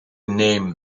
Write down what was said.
name